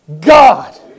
God